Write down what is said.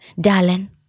darling